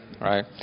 right